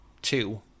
Two